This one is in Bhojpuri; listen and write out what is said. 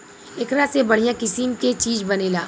एकरा से बढ़िया किसिम के चीज बनेला